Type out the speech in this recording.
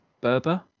Berber